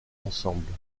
ensemble